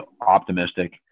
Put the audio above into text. optimistic